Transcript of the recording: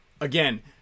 again